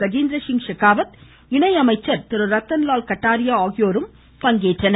கஜேந்திர சிங் ஷெகாவத் இணையமைச்சர் திரு ரத்தன்லால் கட்டாரியா ஆகியோரும் கலந்துகொண்டனர்